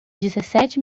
dezessete